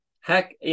Heck